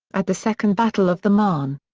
at the second battle of the marne.